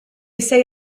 say